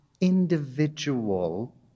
individual